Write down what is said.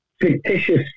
fictitious